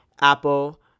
Apple